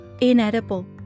inedible